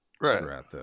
Right